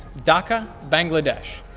dhaka, bangladesh.